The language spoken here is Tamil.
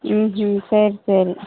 ம் ம் சரி சரி